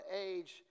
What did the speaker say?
age